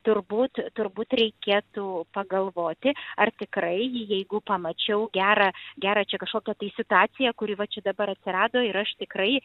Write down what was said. turbūt turbūt reikėtų pagalvoti ar tikrai jeigu pamačiau gerą gerą čia kažkokią tai situaciją kuri va čia dabar atsirado ir aš tikrai